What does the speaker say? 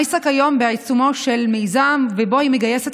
מייסה כיום בעיצומו של מיזם שבו היא מגייסת